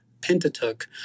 Pentateuch